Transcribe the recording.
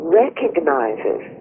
recognizes